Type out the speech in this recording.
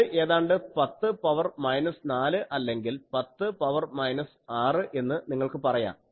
അത് ഏതാണ്ട് 10 power minus 4 അല്ലെങ്കിൽ 10 പവർ മൈനസ് 6 എന്ന് നിങ്ങൾക്ക് പറയാം